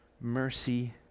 mercy